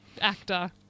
actor